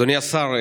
אדוני השר,